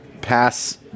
pass